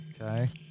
Okay